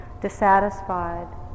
dissatisfied